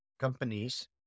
companies